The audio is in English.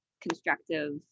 constructive